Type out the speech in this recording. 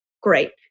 great